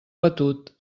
batut